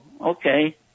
okay